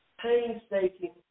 painstaking